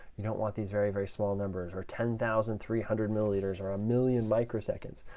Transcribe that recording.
you don't want these very, very small numbers, or ten thousand three hundred milliliters, or a million microseconds.